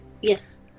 Yes